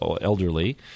elderly